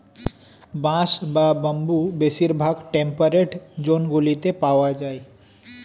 বাঁশ বা বাম্বু বেশিরভাগ টেম্পারেট জোনগুলিতে পাওয়া যায়